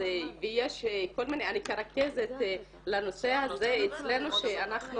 אני רכזת לנושא הזה אצלנו במרכז מוסאוא שאנחנו